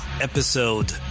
episode